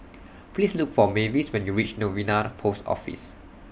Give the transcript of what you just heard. Please Look For Mavis when YOU REACH Novena Post Office